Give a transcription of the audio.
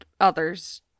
others